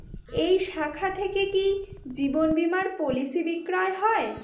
এই শাখা থেকে কি জীবন বীমার পলিসি বিক্রয় হয়?